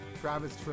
Travis